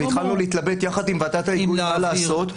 והתחלנו להתלבט יחד עם ועדת ההיגוי מה לעשות,